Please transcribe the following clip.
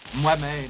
Moi-même